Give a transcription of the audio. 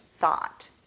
thought